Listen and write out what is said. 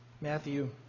Matthew